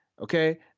Okay